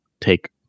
take